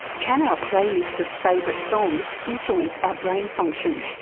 can our play-list of favourite songs influence our brain function?